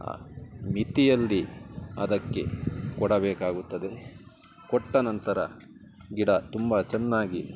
ಆ ಮಿತಿಯಲ್ಲಿ ಅದಕ್ಕೆ ಕೊಡಬೇಕಾಗುತ್ತದೆ ಕೊಟ್ಟ ನಂತರ ಗಿಡ ತುಂಬ ಚೆನ್ನಾಗಿ